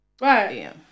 Right